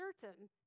certain